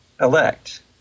elect